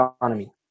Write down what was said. economy